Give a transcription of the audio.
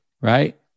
right